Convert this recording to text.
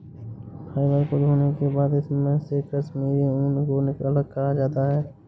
fibre को धोने के बाद इसमे से कश्मीरी ऊन को अलग करा जाता है